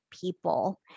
people